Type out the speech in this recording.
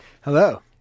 Hello